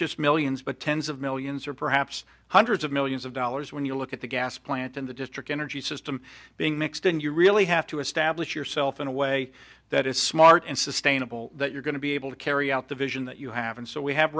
just millions but tens of millions or perhaps hundreds of millions of dollars when you look at the gas plant in the district energy system being mixed and you really have to establish yourself in a way that is smart and sustainable that you're going to be able to carry out the vision that you have and so we have